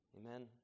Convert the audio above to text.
Amen